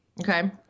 Okay